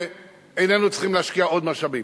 שאיננו צריכים להשקיע עוד משאבים.